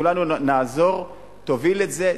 כולנו נעזור, תוביל את זה.